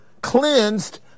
cleansed